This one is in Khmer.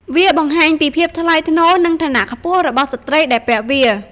វាបង្ហាញពីភាពថ្លៃថ្នូរ និងឋានៈខ្ពស់របស់ស្ត្រីដែលពាក់វា។